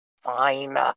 fine